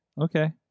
Okay